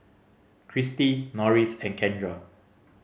Kristie Norris and Kendra